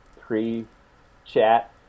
pre-chat